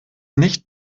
nicht